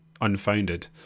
Unfounded